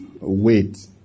wait